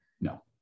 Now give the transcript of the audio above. No